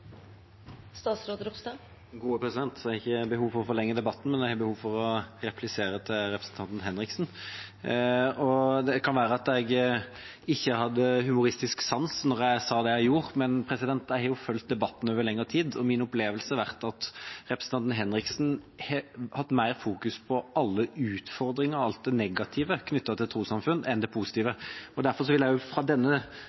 har ikke behov for å forlenge debatten, men jeg har behov for å replisere til representanten Henriksen: Det kan være at jeg ikke hadde humoristisk sans da jeg sa det jeg sa, men jeg har fulgt debatten over lengre tid, og min opplevelse har vært at representanten Henriksen har hatt mer fokus på alle utfordringene og alt det negative knyttet til trossamfunn enn det